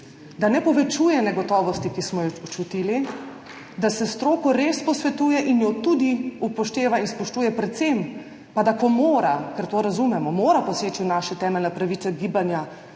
da ne povečuje negotovosti, ki smo jo čutili, da se s stroko res posvetuje in jo tudi upošteva in spoštuje, predvsem pa, da ko mora, ker to razumemo, mora poseči v naše temeljne pravice gibanja